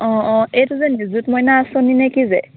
অঁ অঁ এইটো যে নিযুত মইনা আছনি নে কি যে